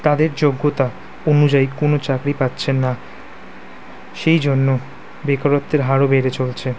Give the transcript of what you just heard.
তাদের যোগ্যতা অনুযায়ী কোনো চাকরি পাচ্ছেন না সেই জন্য বেকারত্বের হারও বেড়ে চলছে